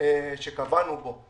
שקבענו בו.